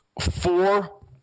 four